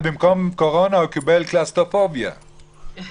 אתה